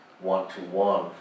one-to-one